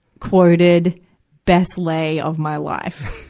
quoted best lay of my life.